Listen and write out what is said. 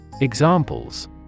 Examples